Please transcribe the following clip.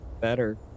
Better